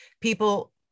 people